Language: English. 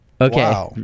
Okay